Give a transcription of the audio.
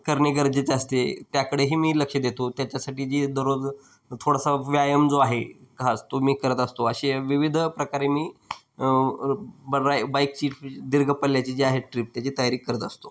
करणे गरजेचे असते त्याकडेही मी लक्ष देतो त्याच्यासाठी जी दररोज थोडासा व्यायाम जो आहे खास तो मी करत असतो असे विविध प्रकारे मी बरा बाईकची दीर्घपल्ल्याची जी आहे ट्रीप त्याची तयारी करत असतो